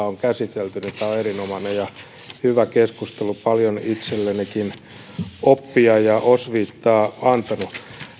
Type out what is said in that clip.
on käsitelty niin tämä on erinomainen ja hyvä keskustelu paljon itsellenikin oppia ja osviittaa antanut